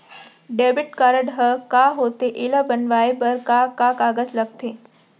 Debit card ह का होथे एला बनवाए बर का का कागज लगथे?